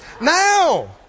now